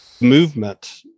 movement